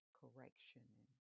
correction